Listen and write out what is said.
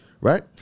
right